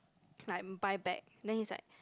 like buy back then he's like